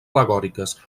al·legòriques